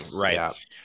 Right